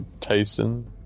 Tyson